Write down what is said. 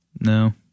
No